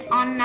on